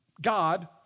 God